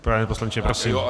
Pane poslanče, prosím.